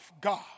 God